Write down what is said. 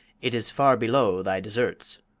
it is far below thy deserts,